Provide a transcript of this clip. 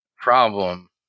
Problem